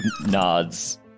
nods